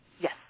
yes